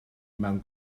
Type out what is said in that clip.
mewn